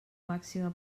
màxima